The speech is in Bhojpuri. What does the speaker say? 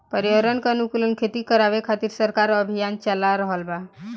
पर्यावरण के अनुकूल खेती करावे खातिर सरकार अभियान चाला रहल बा